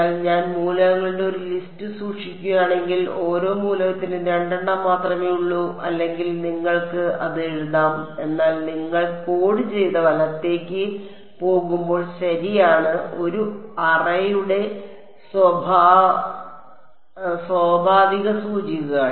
എന്നാൽ ഞാൻ മൂലകങ്ങളുടെ ഒരു ലിസ്റ്റ് സൂക്ഷിക്കുകയാണെങ്കിൽ ഓരോ മൂലകത്തിലും രണ്ടെണ്ണം മാത്രമേ ഉള്ളൂ അല്ലെങ്കിൽ നിങ്ങൾക്ക് അത് എഴുതാം എന്നാൽ നിങ്ങൾ കോഡ് ചെയ്ത വലത്തേക്ക് പോകുമ്പോൾ ശരിയാണ് ഒരു അറേയുടെ സ്വാഭാവിക സൂചികകൾ